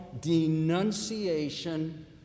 denunciation